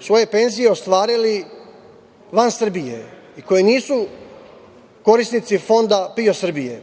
svoje penzije ostvarili van Srbije i koji nisu korisnici Fonda PIO Srbije.